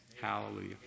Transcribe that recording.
Hallelujah